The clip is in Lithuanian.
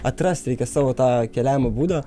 atrasti reikia savo tą keliavimo būdą